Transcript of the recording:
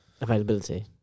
Availability